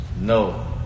No